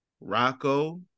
Rocco